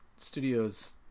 studios